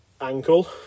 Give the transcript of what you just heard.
ankle